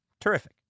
Terrific